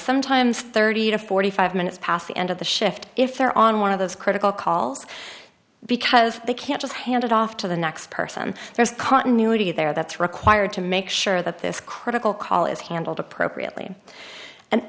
sometimes thirty to forty five minutes past the end of the shift if they're on one of those critical calls because they can't just handed off to the next person there's continuity there that's required to make sure that this critical call is handled appropriately and